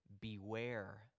beware